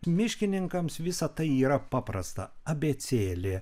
miškininkams visa tai yra paprasta abėcėlė